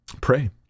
pray